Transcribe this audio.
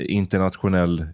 internationell